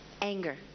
anger